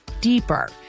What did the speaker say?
deeper